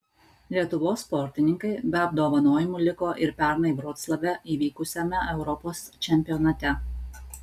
lietuvos sportininkai be apdovanojimų liko ir pernai vroclave įvykusiame europos čempionate